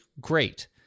great